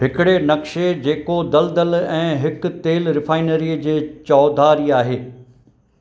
हिकिड़े नक़्शे जेको दलदल ऐं हिक तेल रिफाइनरी जे चौधारी आहे